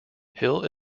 hill